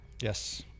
Yes